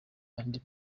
andi